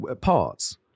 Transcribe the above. parts